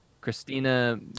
Christina